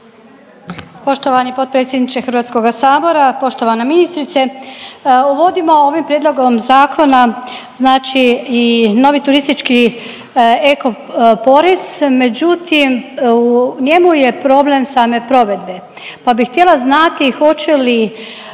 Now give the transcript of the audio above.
Poštovani potpredsjedniče Hrvatskoga sabora, poštovana ministrice. Uvodimo ovim prijedlogom zakona, znači i novi turistički eco porez. Međutim, u njemu je problem same provedbe, pa bih htjela znati hoće li